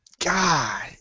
god